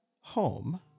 home